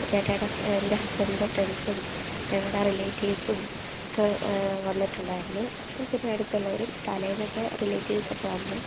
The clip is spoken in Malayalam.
ചേട്ടായിയുടെ എൻ്റെ ഹസ്ബൻറ്റിൻ്റെ ഫ്രണ്ട്സും ഞങ്ങളുടെ റിലേറ്റീവ്സും ഒക്കെ വന്നിട്ടുണ്ടായിരുന്നു പിന്നെ അടുത്തുള്ളവരും തലേന്നൊക്കെ റിലേറ്റീവ്സൊക്കെ വന്നു